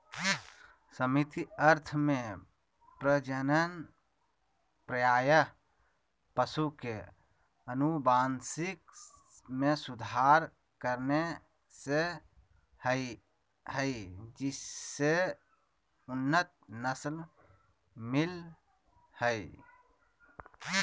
सीमित अर्थ में प्रजनन प्रायः पशु के अनुवांशिक मे सुधार करने से हई जिससे उन्नत नस्ल मिल हई